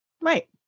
Right